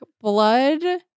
blood